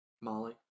Molly